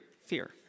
fear